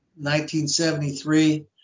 1973